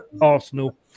Arsenal